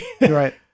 right